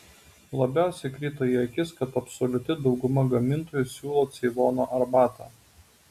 labiausiai krito į akis kad absoliuti dauguma gamintojų siūlo ceilono arbatą